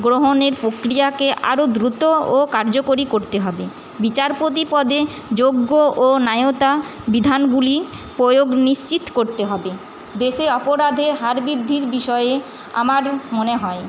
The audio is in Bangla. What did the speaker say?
গ্রহণের প্রক্রিয়াকে আরও দ্রুত ও কার্যকরী করতে হবে বিচারপতি পদে যোগ্য ও ন্যায়তা বিধানগুলি প্রয়োগ নিশ্চিত করতে হবে দেশে অপরাধের হার বৃদ্ধির বিষয়ে আমার মনে হয়